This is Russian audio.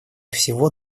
всего